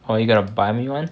are you going to buy me one